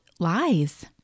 lies